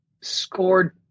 scored